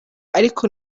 ariko